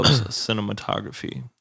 cinematography